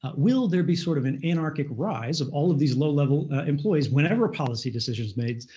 ah will there be sort of an anarchic rise of all of these low level employees whenever a policy decision is made,